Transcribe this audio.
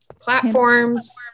platforms